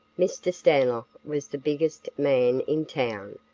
mr. stanlock was the biggest man in town,